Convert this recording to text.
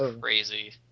Crazy